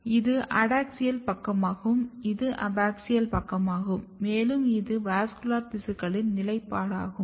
எனவே இது அடாக்ஸியல் பக்கமாகும் இது அபாக்ஸியல் பக்கமாகும் மேலும் இது வாஸ்குலர் திசுக்களின் நிலைப்பாடாகும்